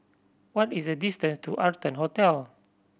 what is the distance to Arton Hotel